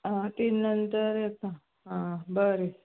आं तीन नंतर येता आं बरें